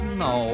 no